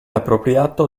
appropriato